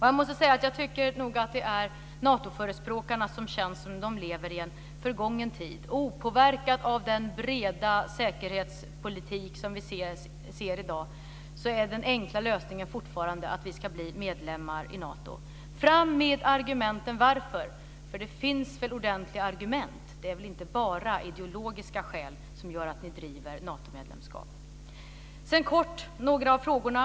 Jag tycker nog att det känns som att Natoförespråkarna lever i en förgången tid. De är opåverkade av den breda säkerhetspolitik som vi ser i dag. Den enkla lösningen är fortfarande att vi ska bli medlemmar i Nato. Fram med argumenten för varför vi ska bli det! Det finns väl ordentliga argument? Det är väl inte bara ideologiska skäl som gör att ni driver ett Natomedlemskap? Sedan kort om något om de övriga frågorna.